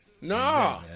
No